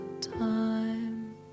time